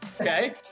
Okay